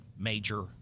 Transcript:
major